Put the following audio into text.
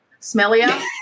smellier